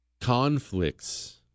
Conflicts